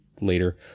later